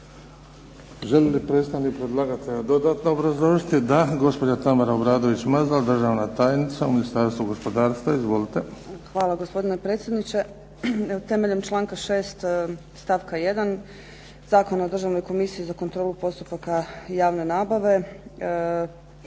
Želi li predstavnik predlagatelja dodatno obrazložiti? Da. Gospođa Tamara Obradović Mazal, državna tajnica u Ministarstvu gospodarstva. Izvolite. **Obradović Mazal, Tamara** Hvala gospodine predsjedniče. Na temelju članka 6. stavka 1. Zakona o državnoj komisiji za kontrolu postupaka javne nabave